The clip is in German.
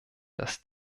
dass